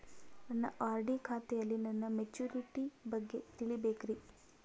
ನನ್ನ ಆರ್.ಡಿ ಖಾತೆಯಲ್ಲಿ ನನ್ನ ಮೆಚುರಿಟಿ ಬಗ್ಗೆ ತಿಳಿಬೇಕ್ರಿ